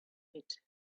pit